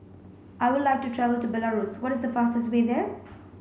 I would like to travel to Belarus what is the fastest way there